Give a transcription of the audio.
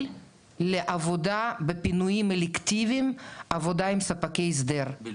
לעבודה בפינויים אלקטיביים עבודה עם ספקי הסדר בלבד.